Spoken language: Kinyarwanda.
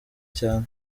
cyane